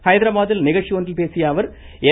ஹைதராபாத்தில் நிகழ்ச்சி ஒன்றில் பேசிய அவர் எம்